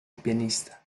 pianista